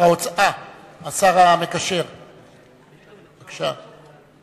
השר המקשר, בבקשה.